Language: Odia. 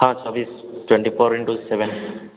ହଁ ଚବିଶି ଟ୍ୱେଣ୍ଟି ଫୋର୍ ଇଣ୍ଟୁ ସେଭେନ୍